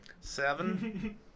Seven